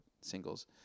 singles